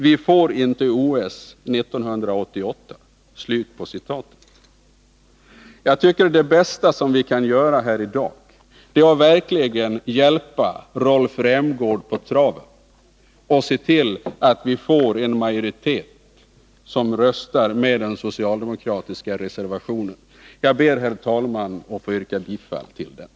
Vi får inte OS 1988.” Jag tycker att det bästa som vi kan göra här i dag är att verkligen hjälpa Rolf Rämgård på traven och se till att vi får en majoritet som röstar för den socialdemokratiska reservationen. Jag ber, herr talman, att få yrka bifall till denna.